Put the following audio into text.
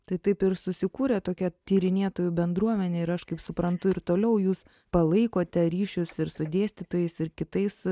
tai taip ir susikūrė tokia tyrinėtojų bendruomenė ir aš kaip suprantu ir toliau jūs palaikote ryšius ir su dėstytojais ir kitais